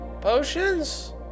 potions